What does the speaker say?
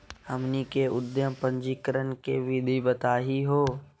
हमनी के उद्यम पंजीकरण के विधि बताही हो?